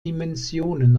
dimensionen